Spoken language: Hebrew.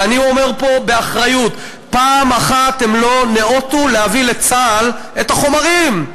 ואני אומר פה באחריות: פעם אחת הם לא ניאותו להביא לצה"ל את החומרים.